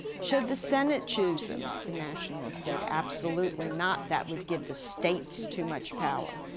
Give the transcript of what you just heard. should the senate choose him? the nationalists said absolutely not, that would give the states too much power.